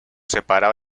separado